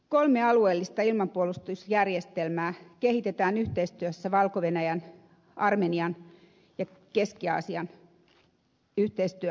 kolme alueellista ilmapuolustusjärjestelmää kehitetään yhteistyössä valko venäjän armenian ja keski aasian yhteistyömaiden kanssa